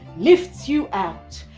lifts you out.